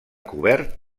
cobert